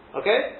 Okay